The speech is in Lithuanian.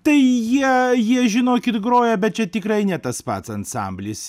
tai jie jie žinokit groja bet čia tikrai ne tas pats ansamblis